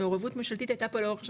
המעורבות הממשלתית הייתה פה לאורך שנים,